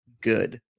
good